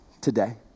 today